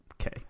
Okay